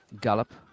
gallop